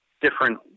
different